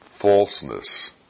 falseness